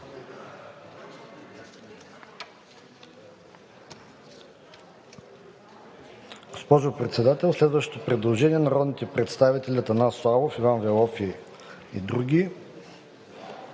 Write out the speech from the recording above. Госпожо Председател, следващото предложение е на народните представители Атанас Славов, Иван Велов и други.